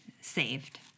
saved